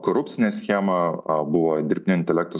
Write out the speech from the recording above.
korupcinę schemą buvo dirbtinio intelekto